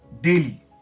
daily